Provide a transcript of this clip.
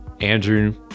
Andrew